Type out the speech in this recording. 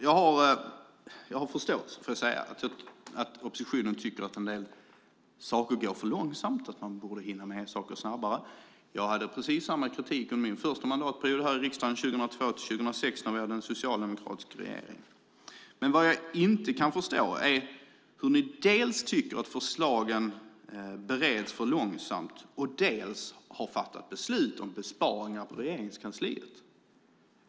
Jag har förstått att oppositionen tycker att en del saker går för långsamt, att man borde behandla saker snabbare. Precis samma kritik hade jag under min första mandatperiod i riksdagen 2002-2006, när vi hade en socialdemokratisk regering. Men det jag inte kan förstå är hur ni i oppositionen dels tycker att förslagen bereds för långsamt, dels har fattat beslut om besparingar i Regeringskansliet.